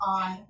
on